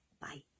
Bye